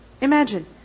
Imagine